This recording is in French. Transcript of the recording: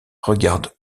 regardent